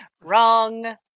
Wrong